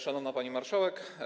Szanowna Pani Marszałek!